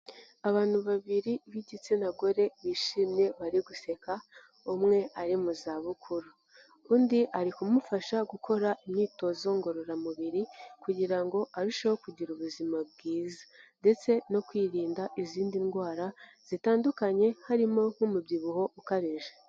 Abantu babiri b'igitsina gore bishimye bari guseka, umwe ari mu zabukuru. Undi ari kumufasha gukora imyitozo ngororamubiri kugira ngo arusheho kugira ubuzima bwiza ndetse no kwirinda izindi ndwara zitandukanye harimo nk'umubyibuho ukabije.